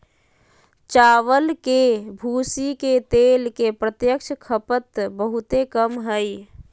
चावल के भूसी के तेल के प्रत्यक्ष खपत बहुते कम हइ